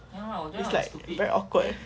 it's like very awkward